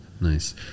Nice